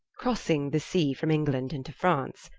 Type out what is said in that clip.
crossing the sea, from england into france,